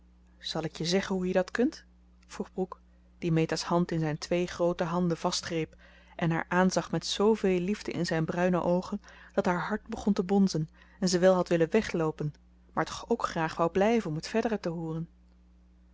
zal ik je zeggen hoe je dat kunt vroeg brooke die meta's hand in zijn twee groote handen vastgreep en haar aanzag met zooveel liefde in zijn bruine oogen dat haar hart begon te bonzen en ze wel had willen wegloopen maar toch ook graag wou blijven om het verdere te hooren